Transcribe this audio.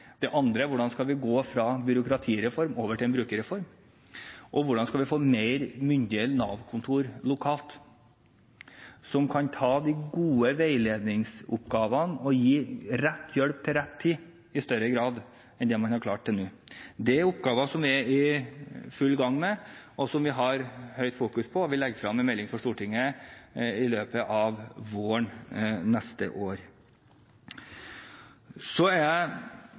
Det andre er: Hvordan skal vi gå fra byråkratireform over til en brukerreform? Og: Hvordan skal vi få mer myndige Nav-kontorer lokalt, som kan ta de gode veiledningsoppgavene og gi rett hjelp til rett tid i større grad enn det man har klart til nå? Det er oppgaver som vi er i full gang med, og som vi har høyt fokus på, og vi legger frem en melding for Stortinget i løpet av våren neste år. Så har jeg